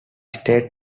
state